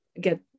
get